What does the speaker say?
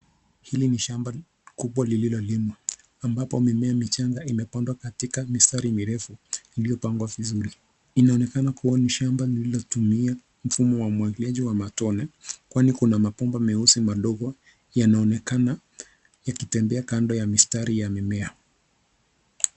Hili ni shamba kubwa lililo limwa, ambapo mimea michanga imepandwa katika mistari mirefu iliyopangwa vizuri. Inaonekana kua ni shamba lililotumia mfumo wa umwagiliaji wa matone kwani kuna mapambo meusi madogo yanaonekana yakitembea kando ya mistari ya mimea.